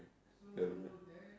clever